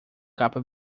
capa